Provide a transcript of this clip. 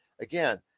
again